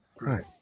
right